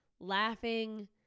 laughing